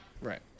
Right